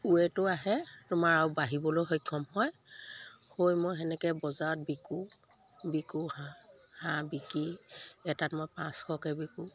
ৱে'টো আহে তোমাৰ আৰু বাঢ়িবলৈ সক্ষম হয় হৈ মই সেনেকৈ বজাৰত বিকোঁ বিকোঁ হাঁহ হাঁহ বিকি এটাত মই পাঁচশকৈ বিকোঁ